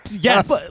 Yes